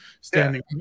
standing